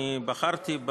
אני בחרתי,